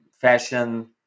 fashion